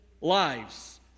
lives